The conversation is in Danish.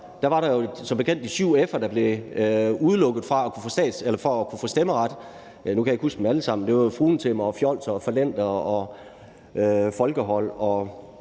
Der var der jo som bekendt de syv f'er, der blev udelukket fra at kunne få stemmeret. Nu kan jeg ikke huske dem alle sammen, men det var jo bl.a. fruentimmere, fjolser, fallenter, folkehold,